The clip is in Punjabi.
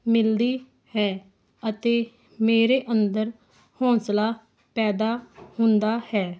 ਮਿਲਦੀ ਹੈ ਅਤੇ ਮੇਰੇ ਅੰਦਰ ਹੌਂਸਲਾ ਪੈਦਾ ਹੁੰਦਾ ਹੈ